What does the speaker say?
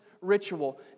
ritual